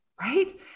right